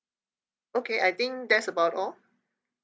okay I think that's about all